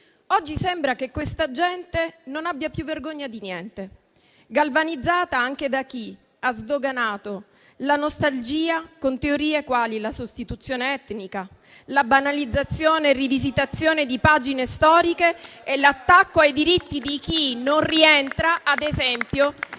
oggi sembra che questa gente non abbia più vergogna di niente, galvanizzata anche da chi ha sdoganato la nostalgia di teorie sulla sostituzione etnica, con la banalizzazione, la rivisitazione di pagine storiche e l'attacco ai diritti di chi non rientra, ad esempio,